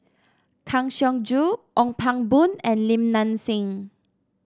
Kang Siong Joo Ong Pang Boon and Li Nanxing